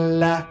la